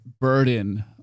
burden